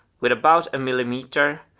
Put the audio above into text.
with about a millimeter,